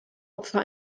opfer